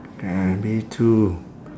ya me too